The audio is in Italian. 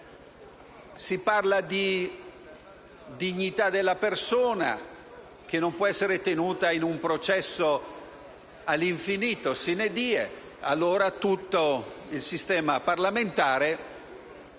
Si parla di dignità della persona che non può essere tenuta in un processo all'infinito, *sine die*? Allora tutto il sistema parlamentare